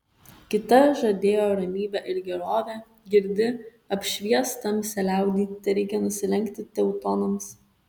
kita žadėjo ramybę ir gerovę girdi apšvies tamsią liaudį tereikia nusilenkti teutonams